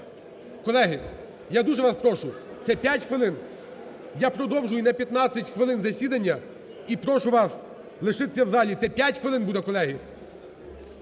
Колеги, я дуже вас прошу, це 5 хвилин. Я продовжую на 15 хвилин засідання і прошу вас лишитися в залі, це 5 хвилин буде, колеги.